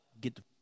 get